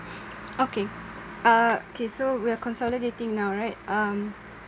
okay uh okay so we are consolidating now right um